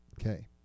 okay